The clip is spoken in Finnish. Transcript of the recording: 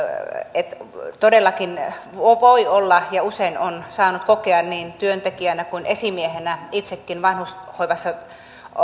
todellakin voi olla ja usein olen saanut kokea niin työntekijänä kuin esimiehenä itsekin vanhushoivassa